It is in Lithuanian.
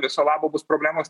viso labo bus problemos